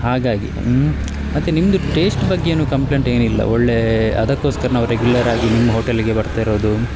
ಹಾಗಾಗಿ ಮತ್ತು ನಿಮ್ಮದು ಟೇಶ್ಟ್ ಬಗ್ಗೆ ಏನು ಕಂಪ್ಲೇಂಟ್ ಏನಿಲ್ಲ ಒಳ್ಳೆಯ ಅದಕ್ಕೋಸ್ಕರ ನಾವು ರೆಗ್ಯುಲರ್ ಆಗಿ ನಿಮ್ಮ ಹೋಟೆಲಿಗೆ ಬರ್ತಾ ಇರೋದು